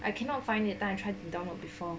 I cannot find it then I try to download before